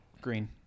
Green